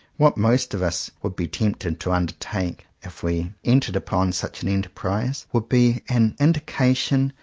what most of us would be tempted to undertake, if we entered upon such an enterprise, would be an in dication,